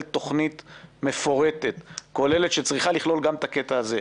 תכנית מפורטת וכוללת שצריכה לכלול גם את הקטע הזה.